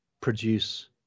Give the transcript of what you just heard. produce